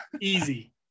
Easy